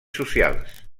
socials